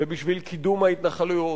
ובשביל קידום ההתנחלויות,